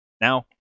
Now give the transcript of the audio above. Now